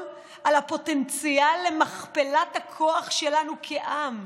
על הפוטנציאל למכפלת הכוח שלנו כעם,